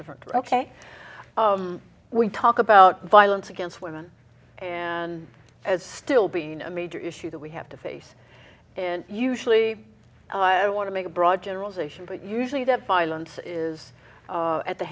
different ok we talk about violence against women and it's still been a major issue that we have to face and usually i want to make a broad generalization but usually that violence is at the